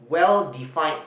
well defined